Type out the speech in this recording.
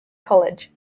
college